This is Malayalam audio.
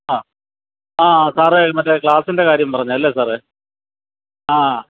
ആ ആ സാറേ മറ്റേ ക്ലാസ്സിൻ്റെ കാര്യം പറഞ്ഞല്ലേ സാറേ ആ